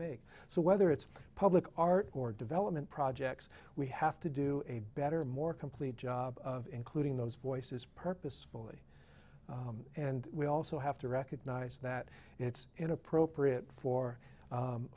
make so whether it's public art or development projects we have to do a better more complete job including those voices purposefully and we also have to recognize that it's inappropriate for